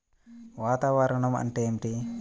వాతావరణం అంటే ఏమిటి?